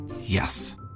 yes